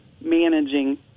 managing